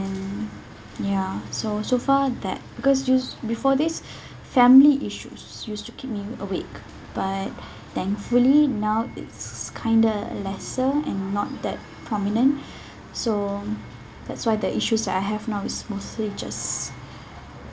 and ya so so far that because use before this family issues used to keep me awake but thankfully now it's kind of lesser and not that prominent so that's why the issues that I have now is mostly just